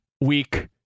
week